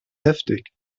heftig